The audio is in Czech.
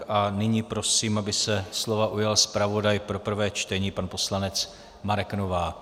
A nyní prosím, aby se slova ujal zpravodaj pro prvé čtení pan poslanec Marek Novák.